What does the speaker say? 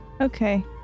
okay